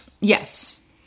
Yes